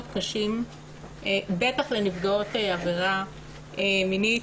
בטח לנפגעות עבירה מינית,